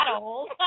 old